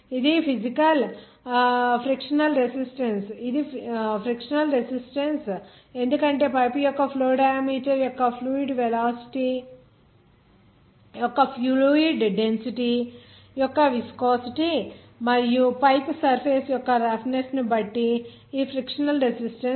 ఇది frictional resistance ఎందుకంటే pipe యొక్క ఫ్లో డయామీటర్ యొక్క ఫ్లూయిడ్ వెలాసిటీ యొక్క ఫ్లూయిడ్ డెన్సిటీ యొక్క విస్కోసిటీ మరియు పైపు సర్ఫేస్ యొక్క రఫ్నెస్ ని బట్టి ఈ ఫ్రిక్షనల్ రెసిస్టన్స్